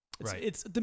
Right